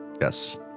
Yes